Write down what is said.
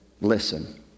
listen